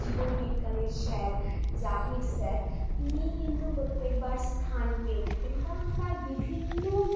জীবন বিজ্ঞানের sir Zahir sir তিনিই কিন্তু প্রত্যেকবার স্থান পেয়ে থাকেন কারণ তার বিভিন্ন